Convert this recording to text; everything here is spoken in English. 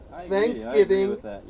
Thanksgiving